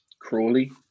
Crawley